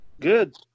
Good